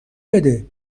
بده